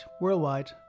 worldwide